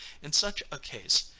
in such a case,